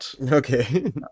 Okay